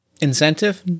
incentive